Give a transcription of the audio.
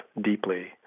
deeply